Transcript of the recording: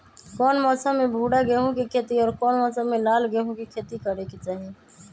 कौन मौसम में भूरा गेहूं के खेती और कौन मौसम मे लाल गेंहू के खेती करे के चाहि?